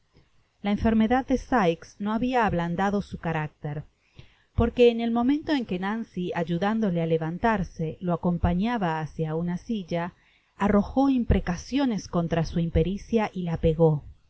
la enfermedad de sikes no habia ablandado su carácter porque en el momento en que nancy ayudándole á levantarse lo acompañaba hacia una silla arrojo imprecaciones contra su impericia y la pegó